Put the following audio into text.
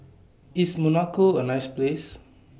IS Monaco A nice Place